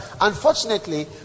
unfortunately